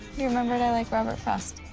you remembered i like robert frost.